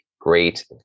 great